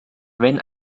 wenn